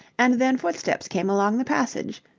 and then footsteps came along the passage.